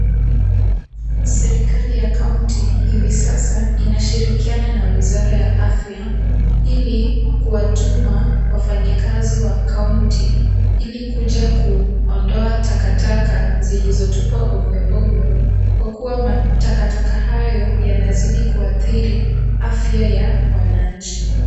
Serikali ya kaunti hivi sasa inashirikiana na wizara ya afya, ili kuwatuma wafanyakazi wa kaunti ili kuja kuondoa takataka zilizotupwa ovyoovyo. Kwa kuwa takataka hayo yanazidi kuathiri afya ya wananchi.